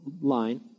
line